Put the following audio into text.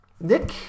Nick